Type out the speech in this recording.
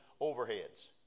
overheads